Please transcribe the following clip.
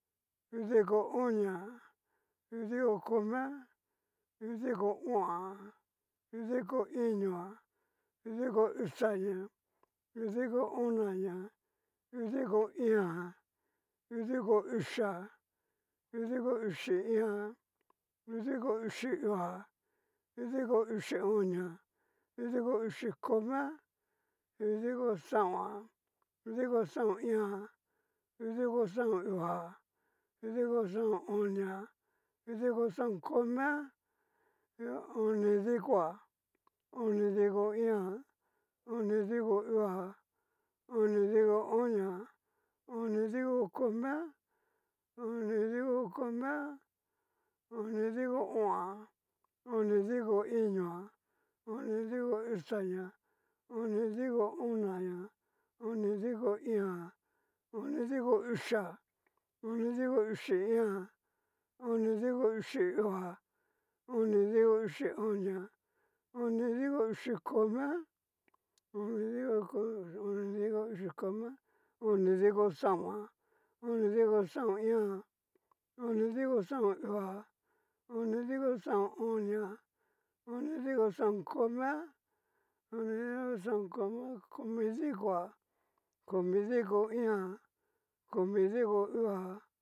Udiko onia, udiko komia, udiko o'on a, udiko iñoa, udiko uxaña, udiko onaña, udiko íín a, udiko uxia, udiko uxi iin a, udiko uxi uu a, udiko uxi onia, udiko uxi komia, udiko xaon a, udiko xaon iin a, udiko xaon uu a, udiko xaon onia, udiko xaon komia, onidikoa, unidiko iin a, onidiko uu a, onidiko onia, onidiko komia, onidiko komia, onidiko o'on a, onidiko iñoa, onidiko uxaña, onidiko onaña, onidiko íín a, onidiko uxia, onidiko uxi iin a, onidiko uxi uu a, onidiko uxi onia, onidiko uxi komia, onidiko uxi komia, onidiko xaon a, onidiko xaon iin a, onidiko xaon uu a, onidiko xaon onia, onidiko xaon komia, onidiko xaon komia, komidiko a, komidiko iin a, komidiko uu a